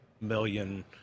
million